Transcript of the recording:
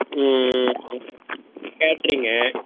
ம் ம் கேட்டரிங்கு